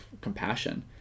compassion